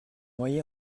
noyé